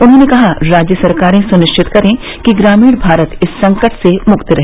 उन्होंने कहा राज्य सरकारें सुनिश्चित करें कि ग्रामीण भारत इस संकट से मुक्त रहे